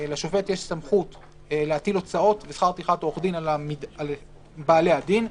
לשופט יש סמכות להטיל הוצאות ושכר טרחת עורך דין על בעלי הדין.